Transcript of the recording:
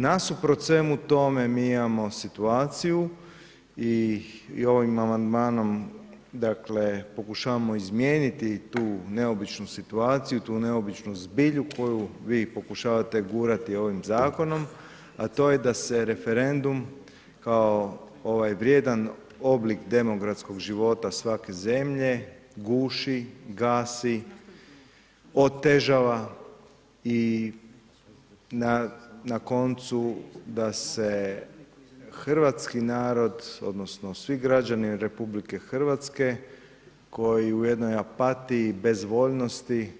Nasuprot svemu tome, mi imao situaciju i ovim amandmanom, dakle pokušavamo izmijeniti tu neobičnu situaciju, tu neobičnu zbilju koju vi pokušavate gurati ovim Zakonom, a to je da se referendum, kao ovaj vrijedan oblik demokratskog života svake zemlje guši, gasi, otežava i na koncu, da se hrvatski narod, odnosno svi građani RH koji u jednoj apatiji, bezvoljnosti